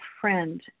friend